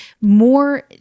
more